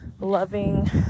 loving